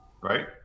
right